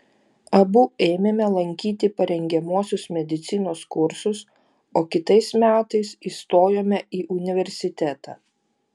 abu ėmėme lankyti parengiamuosius medicinos kursus o kitais metais įstojome į universitetą